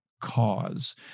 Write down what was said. cause